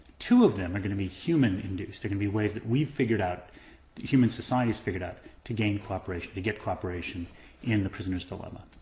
two of them are gonna be human induced. they're gonna be ways that we figured out, that human society, figured out to gain cooperation, to get cooperation in the prisoner's dilemma.